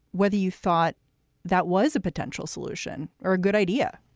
whether you thought that was a potential solution or a good idea?